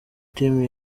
team